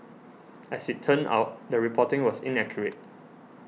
as it turned out the reporting was inaccurate